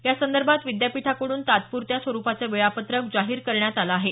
यासंदर्भात विद्यापीठाकडून तात्पुरत्या स्वरुपाचं वेळापत्रक जाहीर करण्यात आलं आहे